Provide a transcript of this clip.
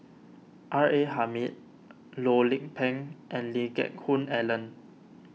R A Hamid Loh Lik Peng and Lee Geck Hoon Ellen